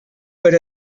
per